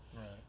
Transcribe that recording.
Right